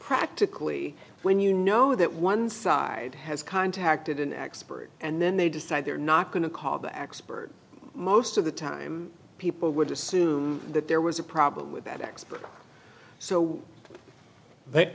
practically when you know that one side has contacted an expert and then they decide they're not going to call the expert most of the time people would assume that there was a problem with that